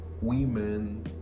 women